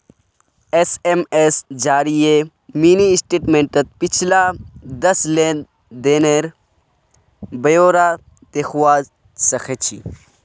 SMS जरिए mini स्टेटमेंटत पिछला दस लेन देनेर ब्यौरा दखवा सखछी